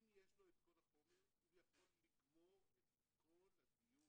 אם יש לו את כל החומר, הוא יכול לגמור את כל הדיון